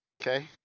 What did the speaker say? Okay